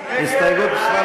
הסתייגות מס'